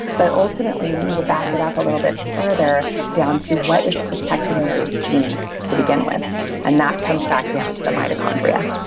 but ultimately, we need to back it up a little bit further down to what is protecting those genes to begin with and that comes back down to the mitochondria